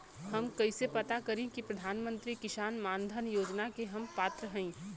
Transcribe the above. हम कइसे पता करी कि प्रधान मंत्री किसान मानधन योजना के हम पात्र हई?